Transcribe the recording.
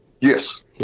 Yes